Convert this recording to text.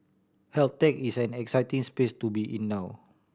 health tech is an exciting space to be in now